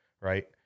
right